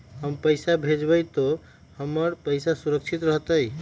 हम पैसा भेजबई तो हमर पैसा सुरक्षित रहतई?